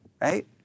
right